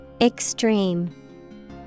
Extreme